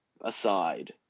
aside